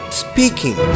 speaking